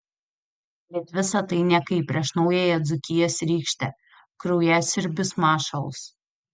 bet visa tai niekai prieš naująją dzūkijos rykštę kraujasiurbius mašalus